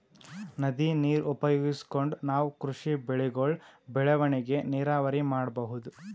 ನದಿ ನೀರ್ ಉಪಯೋಗಿಸ್ಕೊಂಡ್ ನಾವ್ ಕೃಷಿ ಬೆಳೆಗಳ್ ಬೆಳವಣಿಗಿ ನೀರಾವರಿ ಮಾಡ್ಬಹುದ್